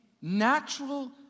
natural